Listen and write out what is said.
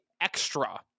extra